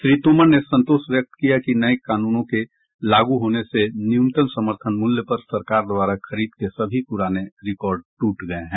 श्री तोमर ने संतोष व्यक्त किया कि नए कानूनों के लागू होने से न्यूनतम समर्थन मूल्य पर सरकार द्वारा खरीद के सभी पुराने रिकॉर्ड टूट गए हैं